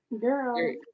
Girl